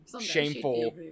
Shameful